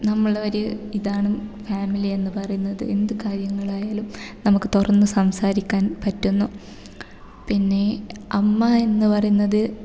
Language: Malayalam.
നമ്മളൊരു ഇതാണ് ഫാമിലി എന്നു പറയുന്നത് എന്ത് കാര്യങ്ങളായാലും നമുക്ക് തുറന്നു സംസാരിക്കാൻ പറ്റുന്നു പിന്നെ അമ്മ എന്ന് പറയുന്നത്